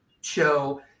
show